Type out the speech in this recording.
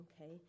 Okay